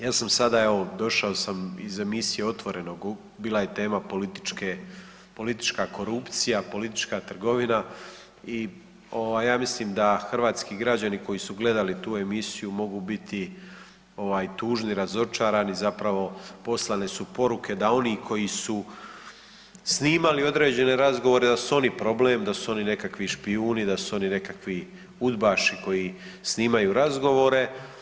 Ja sam sada evo, došao sam iz emisije Otvoreno, bila je tema politička korupcija, politička trgovina i ja mislim da hrvatski građani koji su gledali tu emisiju mogu biti tužni, razočarani zapravo, poslane su poruke da oni koji su snimali određene razgovore, da su oni problem, da su oni nekakvi špijuni, da su oni nekakvi udbaši koji snimaju razgovore.